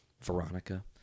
veronica